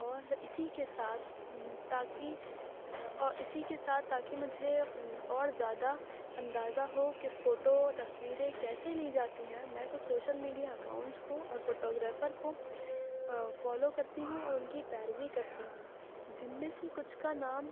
اور اسی کے ساتھ تاکہ اور اسی کے ساتھ تاکہ مجھے اور زیادہ اندازہ ہو کہ فوٹو تصویریں کیسے لی جاتی ہے میں کچھ سوشل میڈیا اکاؤنٹس کو اور فوٹوگرافر کو فالو کرتی ہوں اور ان کی پیروی کرتی ہوں جن میں سے کچھ کا نام